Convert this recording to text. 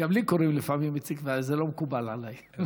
לי קוראים לפעמים איציק, ואז זה לא מקובל עליי.